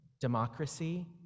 democracy